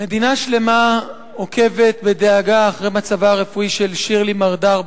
מדינה שלמה עוקבת בדאגה אחרי מצבה הרפואי של שירלי מרדר,